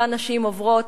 אותן נשים עוברות,